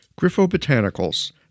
Griffobotanicals